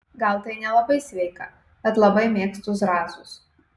gal tai nelabai sveika bet labai mėgstu zrazus